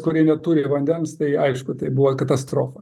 kurie neturi vandens tai aišku tai buvo katastrofa